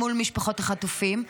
מול משפחות החטופים,